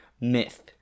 myth